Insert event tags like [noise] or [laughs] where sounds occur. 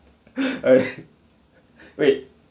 ah [laughs] wait